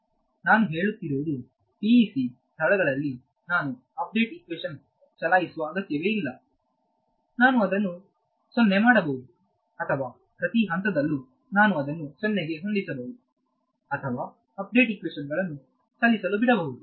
ನಾನು ಹೇಳುತ್ತಿರುವುದು PEC ಸ್ಥಳಗಳಲ್ಲಿ ನಾನು ಅಪ್ಡೇಟ್ ಇಕ್ವೇಶನ್ ಚಲಾಯಿಸುವ ಅಗತ್ಯವಿಲ್ಲ ನಾನು ಅದನ್ನು 0 ಮಾಡಬಹುದು ಅಥವಾ ಪ್ರತಿ ಹಂತದಲ್ಲೂ ನಾನು ಅದನ್ನು 0 ಗೆ ಹೊಂದಿಸಬಹುದು ಅಥವಾ ಅಪ್ಡೇಟ್ ಇಕ್ವೇಶನ್ ಗಳನ್ನು ಚಲಿಸಲು ಬಿಡಬಹುದು